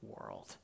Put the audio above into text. world